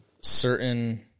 certain